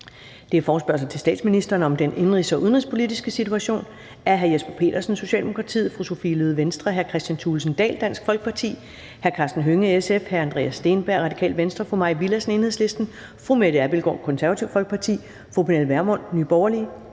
F 60: Forespørgsel til statsministeren om den indenrigs- og udenrigspolitiske situation.